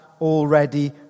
already